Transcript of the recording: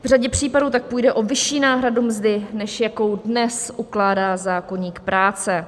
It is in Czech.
V řadě případů tak půjde o vyšší náhradu mzdy, než jakou dnes ukládá zákoník práce.